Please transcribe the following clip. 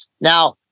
Now